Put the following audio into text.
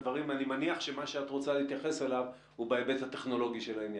אני מניח שמה שאת רוצה להתייחס אליו הוא בהיבט הטכנולוגי של העניין.